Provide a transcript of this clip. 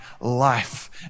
life